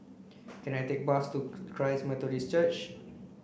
can I take a bus to Christ Methodist Church